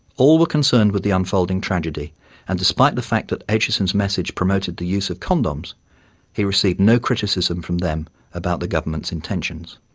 all were concerned with the unfolding tragedy and despite the fact that acheson's message promoted the use of condoms he received no criticism from them about the government's intentions.